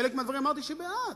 חלק מהדברים, אמרתי שהיא בעד,